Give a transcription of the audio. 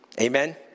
Amen